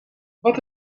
wat